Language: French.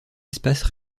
espaces